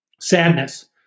sadness